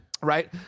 Right